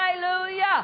hallelujah